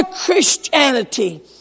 Christianity